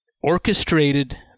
orchestrated